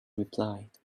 replied